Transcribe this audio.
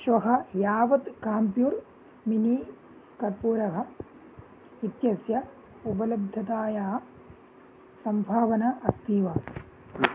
श्वः यावत् computer mini कर्पूरः इत्यस्य उपलब्धताया सम्भावना अस्ति वा